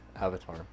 avatar